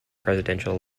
presidential